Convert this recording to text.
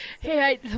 Hey